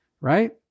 right